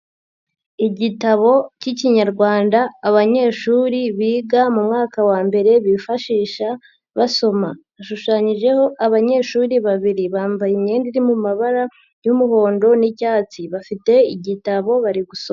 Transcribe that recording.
Igitabo cy'Ikinyarwanda abanyeshuri biga mu mwaka wa mbere bifashisha basoma, hashushanyijeho abanyeshuri babiri, bambaye imyenda iri mu mabara y'umuhondo n'icyatsi bafite igitabo bari gusoma.